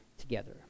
together